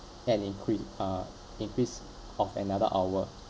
and increa~ uh increase of another hour